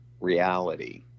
reality